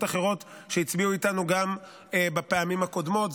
אחרות שהצביעו איתנו גם בפעמים הקודמות.